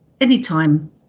anytime